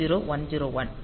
அது add A கான opcode